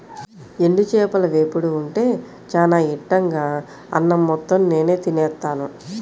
ఎండు చేపల వేపుడు ఉంటే చానా ఇట్టంగా అన్నం మొత్తం నేనే తినేత్తాను